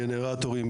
גנרטורים,